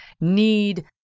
need